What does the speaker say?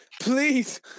Please